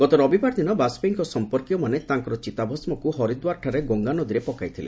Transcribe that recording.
ଗତ ରବିବାର ଦିନ ବାଜପେୟୀଙ୍କ ସମ୍ପର୍କୀୟମାନେ ତାଙ୍କର ଚିତାଭସ୍ମକୁ ହରିଦ୍ୱାରଠାରେ ଗଙ୍ଗାନଦୀରେ ପକାଇଥିଲେ